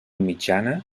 mitjana